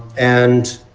and